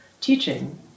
teaching